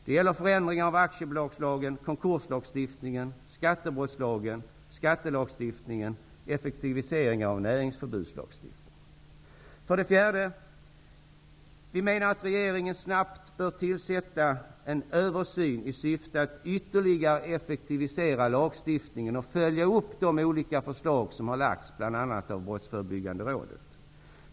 Det gäller förändringar av aktiebolagslagen, konkurslagstiftningen, skattebrottslagen, skattelagstiftningen och effektivisering av näringsförbudslagstiftningen. För det fjärde: Vi menar att regeringen snabbt bör tillsätta en utredning som skall göra en översyn i syfte att ytterligare effektivisera lagstiftningen och följa upp de olika förslag som har lagts fram av bl.a. Brottsförebyggande rådet.